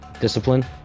discipline